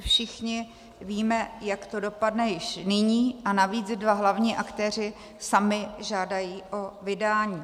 Všichni víme, jak to dopadne, již nyní a navíc dva hlavní aktéři sami žádají o vydání.